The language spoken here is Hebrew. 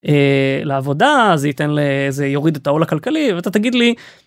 לעבודה זה יתן, זה יוריד את העול הכלכלי ואתה תגיד לי...